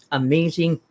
amazing